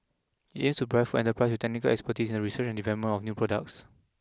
it aims to provide food enterprises with technical expertise in research and development of new products